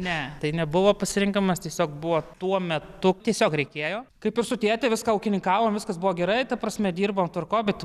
ne tai nebuvo pasirinkimas tiesiog buvo tuo metu tiesiog reikėjo kaip ir su tėte viską ūkininkavom viskas buvo gerai ta prasme dirbom tvarkoj bet